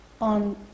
on